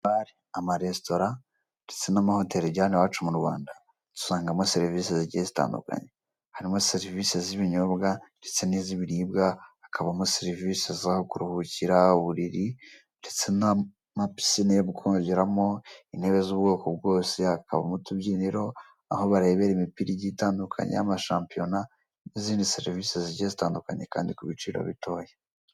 Amaresitora ndetse n'amahoteli ajya iwacu mu Rwanda usangamo serivisi zigiye zitandukanye. Harimo serivisi z'ibinyobwa, ndetse n'iz'ibiribwa, hakabamo serivisi z'aho kuruhukira, uburiri ndetse n'ama pisine yo kogeramo, intebe z'ubwoko bwose hakaba n'utubyiniro aho barebera imipira itandukanye y'amashampiyona n'izindi serivisi zigiye zitandukanye kandi ku biciro bitoya.